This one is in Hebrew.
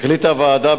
החליטה הוועדה,